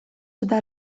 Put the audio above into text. eta